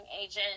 agent